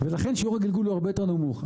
לכן שיעור הגלגול הוא הרבה יותר נמוך.